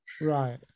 right